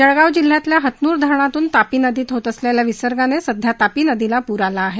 जळगाव जिल्ह्यातल्या हतनुर धरणातून तापी नदीत होत असलेल्या विसर्गाने सध्या तापीनदीला पूर आला आहे